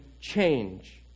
change